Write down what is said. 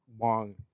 Long